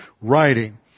writing